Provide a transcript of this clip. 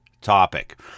topic